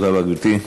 תודה רבה, גברתי.